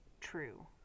true